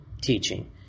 teaching